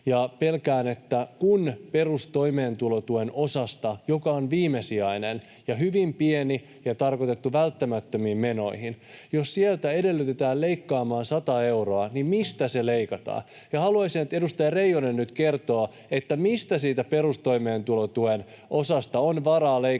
Pelkään sitä, jos perustoimeentulotuesta, joka on viimesijainen ja hyvin pieni ja tarkoitettu välttämättömiin menoihin, edellytetään leikattavan 100 euroa. Mistä se leikataan? Haluaisin, että edustaja Reijonen nyt kertoo, mistä perustoimeentulotuen osasta on varaa leikata